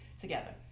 together